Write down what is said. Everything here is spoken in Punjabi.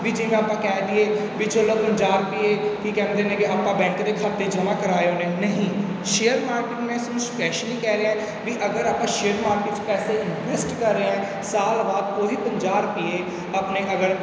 ਵੀ ਜਿਵੇਂ ਆਪਾਂ ਕਹਿ ਦੇਈਏ ਵੀ ਚਲੋ ਪੰਜਾਹ ਰੁਪਈਏ ਕੀ ਕਰਦੇ ਨੇਗੇ ਆਪਾਂ ਬੈਂਕ ਦੇ ਖਾਤੇ 'ਚ ਜਮ੍ਹਾਂ ਕਰਵਾ ਆਉਂਦੇ ਨਹੀਂ ਸ਼ੇਅਰ ਮਾਰਕੀਟ ਮੈਂ ਤੁਹਾਨੂੰ ਸਪੈਸ਼ਲੀ ਕਹਿ ਰਿਹਾ ਵੀ ਅਗਰ ਆਪਾਂ ਸ਼ੇਅਰ ਮਾਰਕੀਟ 'ਚ ਪੈਸੇ ਇਨਵੈਸਟ ਕਰ ਰਹੇ ਹੈ ਸਾਲ ਬਾਅਦ ਉਹ ਹੀ ਪੰਜਾਹ ਰੁਪਈਏ ਆਪਣੇ ਅਗਰ